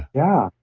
yeah.